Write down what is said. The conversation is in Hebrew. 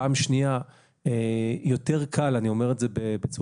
פעם שנייה יותר קל למדוד